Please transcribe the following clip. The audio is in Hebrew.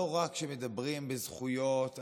לא רק שמדברים בזכויות אדם,